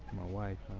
my wife.